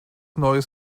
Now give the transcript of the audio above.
neues